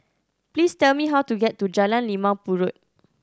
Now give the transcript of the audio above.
please tell me how to get to Jalan Limau Purut